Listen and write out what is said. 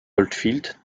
oldfield